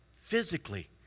physically